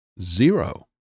Zero